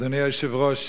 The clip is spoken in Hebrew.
אדוני היושב-ראש,